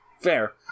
fair